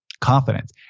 confidence